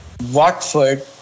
Watford